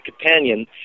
companion